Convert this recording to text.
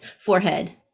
forehead